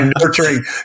nurturing